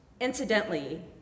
incidentally